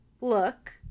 look